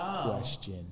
question